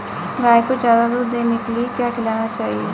गाय को ज्यादा दूध देने के लिए क्या खिलाना चाहिए?